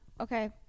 Okay